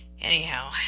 Anyhow